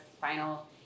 final